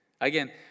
Again